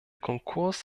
konkurs